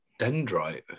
dendrite